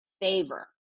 favor